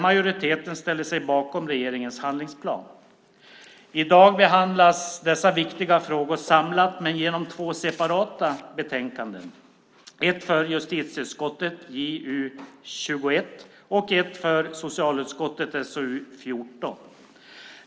Majoriteten ställde sig bakom regeringens handlingsplan. I dag behandlas dessa viktiga frågor samlat, men genom två separata betänkanden - ett för justitieutskottet, JU21, och ett för socialutskottet, SoU14.